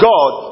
God